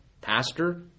pastor